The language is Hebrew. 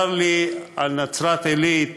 צר לי על נצרת-עילית,